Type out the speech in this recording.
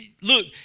Look